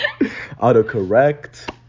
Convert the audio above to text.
Autocorrect